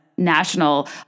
national